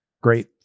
great